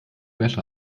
wäsche